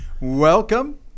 Welcome